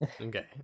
Okay